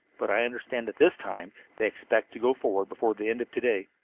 but i understand that this time they expect to go forward before the end of to-day.